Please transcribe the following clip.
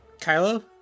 Kylo